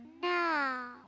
no